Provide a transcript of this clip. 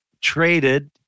traded